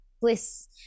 Bliss